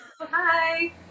Hi